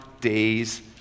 days